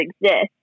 exist